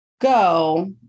go